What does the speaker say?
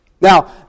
Now